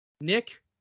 Nick